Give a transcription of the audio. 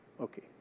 okay